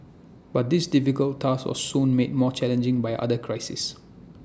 but this difficult task was soon made more challenging by other crisis